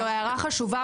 זו ההערה חשובה,